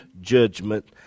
judgment